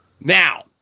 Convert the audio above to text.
Now